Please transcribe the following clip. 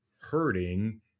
hurting